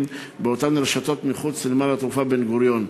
באותן רשתות מחוץ לנמל-התעופה בן-גוריון.